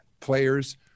Players